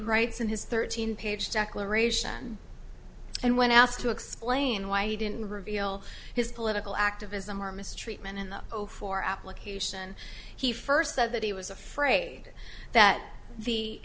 writes in his thirteen page declaration and when asked to explain why he didn't reveal his political activism or mistreatment in the over four application he first said that he was afraid that the